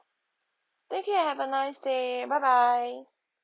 thank you have a nice day bye bye